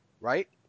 right